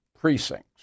precincts